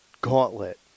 gauntlet